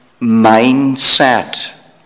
mindset